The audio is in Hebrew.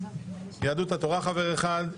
ליהדות התורה חבר אחד,